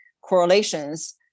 correlations